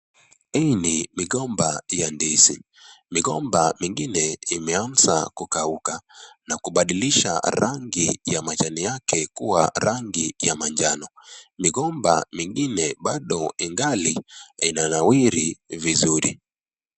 Hii ni migomba ya ndizi. Migomba mingine imeanza kukauka na kubadilisha rangi ya majani yake kuwa rangi ya manjano. Migomba mingine bado ingali inanawiri vizuri.